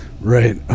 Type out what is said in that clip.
right